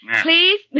Please